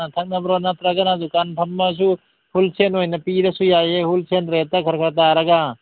ꯆꯥꯅ ꯊꯛꯅꯕ꯭ꯔꯣ ꯅꯠꯇ꯭ꯔꯒ ꯗꯨꯀꯥꯟ ꯐꯝꯃꯁꯨ ꯍꯣꯜꯁꯦꯜ ꯑꯣꯏꯅ ꯄꯤꯔꯁꯨ ꯌꯥꯏꯌꯦ ꯍꯣꯜꯁꯦꯜ ꯔꯦꯠꯇ ꯈꯔ ꯈꯔ ꯇꯥꯔꯒ